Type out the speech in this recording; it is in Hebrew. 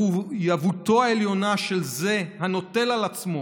מחויבותו העליונה של זה הנוטל על עצמו